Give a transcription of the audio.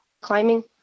climbing